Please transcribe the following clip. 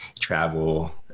travel